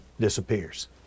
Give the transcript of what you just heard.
disappears